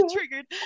Triggered